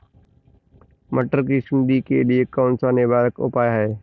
मटर की सुंडी के लिए कौन सा निवारक उपाय है?